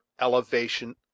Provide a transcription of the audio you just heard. elevation